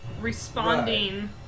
responding